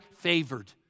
favored